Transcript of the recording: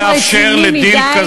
לא לאפשר לדיל כזה,